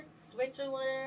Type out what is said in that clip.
Switzerland